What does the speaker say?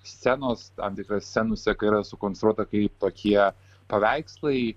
scenos tam tikra scenų seka yra sukonstruota kaip tokie paveikslai